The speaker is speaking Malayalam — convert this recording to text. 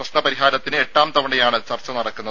പ്രശ്ന പരിഹാരത്തിന് എട്ടാം തവണയാണ് ചർച്ച നടക്കുന്നത്